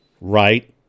right